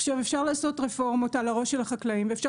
עכשיו אפשר לעשות רפורמות על הראש של החקלאים ואפשר